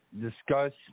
discuss